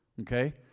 Okay